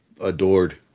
adored